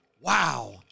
wow